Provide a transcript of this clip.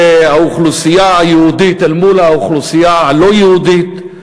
זה האוכלוסייה היהודית אל מול האוכלוסייה הלא-יהודית,